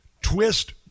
twist